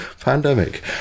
pandemic